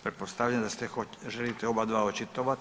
Pretpostavljam da se želite obadva očitovat.